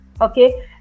Okay